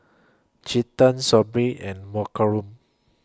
Chetan Sudhir and